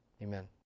Amen